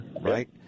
right